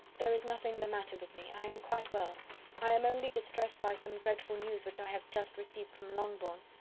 there is nothing the matter with me. i am quite well i am only distressed by some dreadful news which i have just received from longbourn.